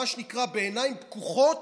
מה שנקרא בעיניים פקוחות,